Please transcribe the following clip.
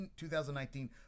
2019